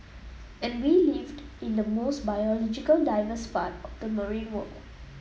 and we lived in the most biologically diverse part of the marine world